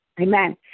Amen